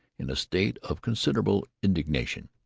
in a state of considerable indignation.